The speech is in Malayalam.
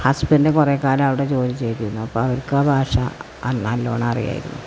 ഹസ്ബൻഡ് കൊറേ കാലം അവിടെ ജോലി ചെയ്തിരുന്നു അപ്പോ അവർക്കാ ഭാഷാ നല്ലോണം അറിയാരുന്നു